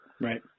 Right